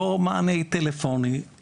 לא מענה טלפוני,